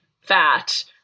fat